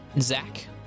Zach